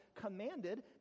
commanded